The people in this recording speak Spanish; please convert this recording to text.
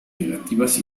negativas